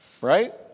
Right